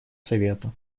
совета